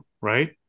right